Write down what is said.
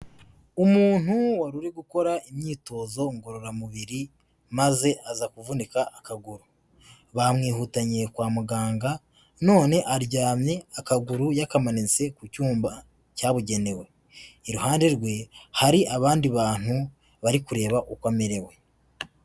Umuntu wari uri gukora imyitozo ngororamubiri maze aza kuvunika akaguru, bamwihutaniye kwa muganga none aryamye akaguru yakamanitse ku cyumba cyabugenewe, iruhande rwe hari abandi bantu bari kureba uko amerewe.